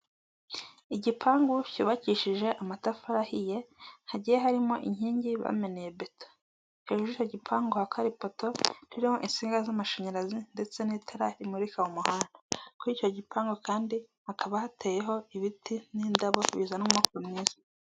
Igipangu cyubakishije amatafari ahiye, hagiye harimo inkingi bameneye beto. Hejuru y'icyo gipangu hakaba hari ipoto ririho insinga z'amashanyarazi, ndetse n'itara rimurika umuhanda. Kuri icyo gipangu kandi hakaba hateyeho ibiti n'indabo bizana umwuka mwiza.